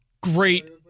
great –